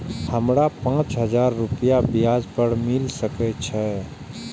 हमरा पाँच हजार रुपया ब्याज पर मिल सके छे?